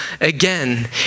again